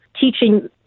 teaching